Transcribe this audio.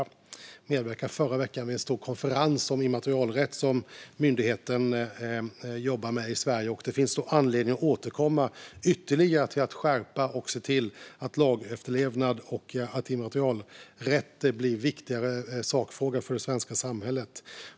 Jag medverkade förra veckan i en stor konferens om immaterialrätt som myndigheten jobbar med i Sverige, och det finns anledning att återkomma ytterligare till att följa upp efterlevnad av lagen och att immaterialrätt blir en viktigare sakfråga för det svenska samhället.